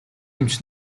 эмч